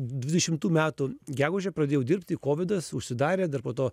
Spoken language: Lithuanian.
dvidešimtų metų gegužę pradėjau dirbti kovidas užsidarė dar po to